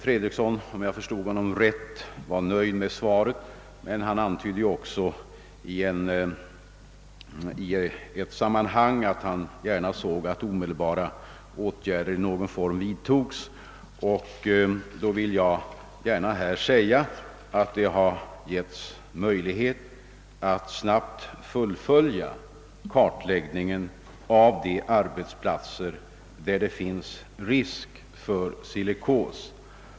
Om jag förstod herr Fredriksson rätt var han nöjd med svaret, men han antydde i ett sammanhang att han gärna såg att omedelbara åtgärder i någon form vidtogs. Jag vill meddela att möjlighet har beretts att snabbt färdigställa kartläggningen av de arbetsplatser där det finns risk för silikos.